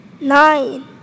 nine